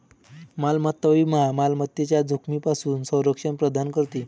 मालमत्ता विमा मालमत्तेच्या जोखमीपासून संरक्षण प्रदान करते